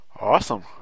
Awesome